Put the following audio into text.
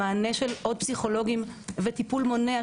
המענה של עוד פסיכולוגים וטיפול מונע,